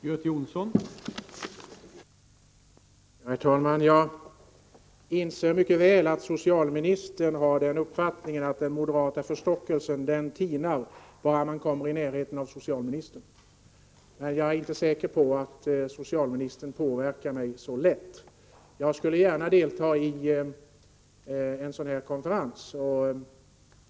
Herr talman! Jag inser mycket väl att socialministern har uppfattningen att den moderata förstockelsen tinar bara man kommer i närheten av socialministern. Men jag är inte säker på att socialministern påverkar mig så lätt. Jag skulle gärna delta i en sådan här konferens.